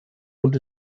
und